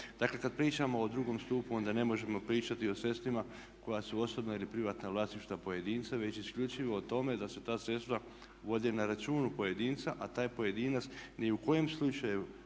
Dakle kada pričamo o drugom stupu onda ne možemo pričati o sredstvima koja su osobna ili privatna vlasništva pojedinca već isključivo o tome da se ta sredstva vode na računu pojedinca a taj pojedinac ni u kojem slučaju